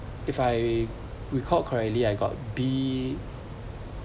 if I recall correctly I got b